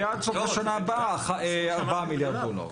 ועד סוף השנה הבאה 4 מיליארד דולר.